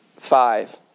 Five